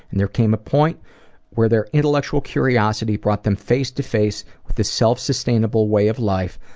and there came a point where their intellectual curiosity brought them face-to-face with a self-sustainable way of life,